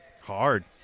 Hard